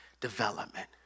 Development